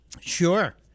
Sure